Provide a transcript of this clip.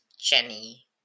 Jenny